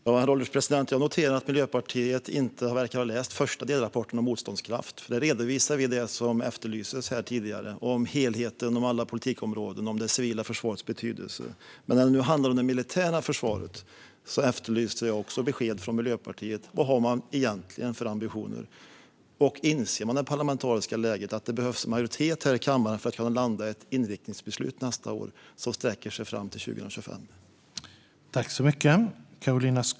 Herr ålderspresident! Jag noterar att Miljöpartiet inte verkar ha läst den första delrapporten om motståndskraft. Där redovisar vi nämligen det som efterlystes tidigare: om helheten, om alla politikområden och om det civila försvarets betydelse. Men när det nu handlar om det militära försvaret efterlyser jag besked från Miljöpartiet: Vad har man egentligen för ambitioner? Och inser man det parlamentariska läget - att det behövs en majoritet här i kammaren för att ett inriktningsbeslut som sträcker sig fram till 2025 ska kunna landas nästa år?